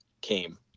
came